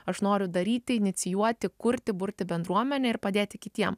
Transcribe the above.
aš noriu daryti inicijuoti kurti burti bendruomenę ir padėti kitiem